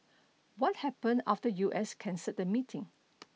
what happened after U S cancelled the meeting